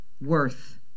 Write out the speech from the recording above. worth